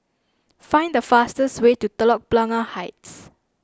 find the fastest way to Telok Blangah Heights